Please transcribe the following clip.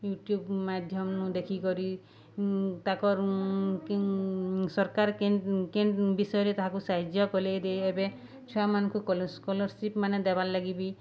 YouTube ମାଧ୍ୟମନୁ ଦେଖିକରି ତାଙ୍କର୍ ସର୍କାର୍ କେନ୍ କେନ୍ ବିଷୟରେ ତାହାକୁ ସାହାଯ୍ୟ କଲେ ଦେଇ ଏବେ ଛୁଆମାନ୍ଙ୍କୁ ସ୍କଲର୍ସିପ୍ମାନେ ଦେବାର୍ଲାଗି ବି